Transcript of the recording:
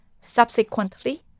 Subsequently